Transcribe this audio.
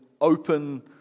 open